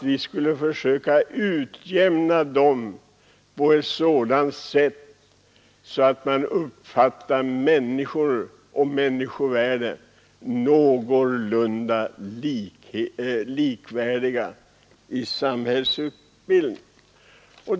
Vi ville försöka utjämna dessa klyftor på ett sådant sätt att man uppfattade människor och människovärde någorlunda lika i samhällsbilden.